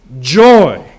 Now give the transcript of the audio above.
joy